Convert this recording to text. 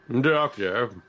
Doctor